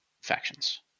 factions